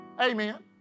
Amen